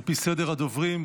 על פי סדר הדוברים.